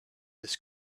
this